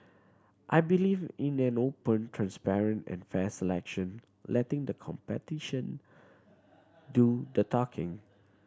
I believe in an open transparent and fair selection letting the competition do the talking